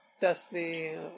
Destiny